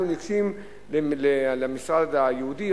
היו ניגשים למשרד הייעודי,